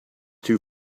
too